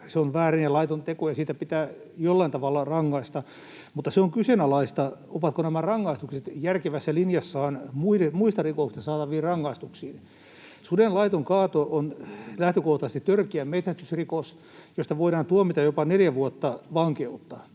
se on väärin ja laiton teko, ja siitä pitää jollain tavalla rangaista. Mutta se on kyseenalaista, ovatko nämä rangaistukset järkevässä linjassa muista rikoksista saatavien rangaistusten kanssa. Suden laiton kaato on lähtökohtaisesti törkeä metsästysrikos, josta voidaan tuomita jopa neljä vuotta ehdotonta